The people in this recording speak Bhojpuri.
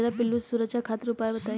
कजरा पिल्लू से सुरक्षा खातिर उपाय बताई?